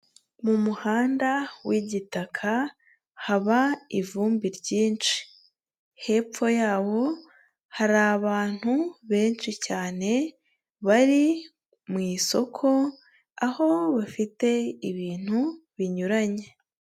Mu muhanda w'igitaka haba ivumbi ryinshi, hepfo yawo hari abantu benshi cyane bari mu isoko, aho bafite ibintu binyuranye.